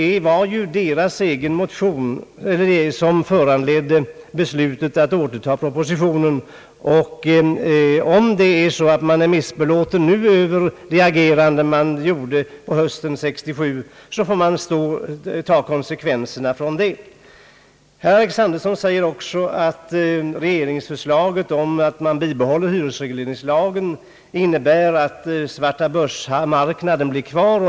Det var ju deras egen motion som föranledde beslutet att återta propositionen. Om folkpartisterna nu är missbelåtna med sitt agerande hösten 1967, får de ta konsekvenserna. Herr Alexanderson sade också att regeringsförslaget om att bibehålla hyresregleringslagen innebär att svartabörsmarknaden blir kvar.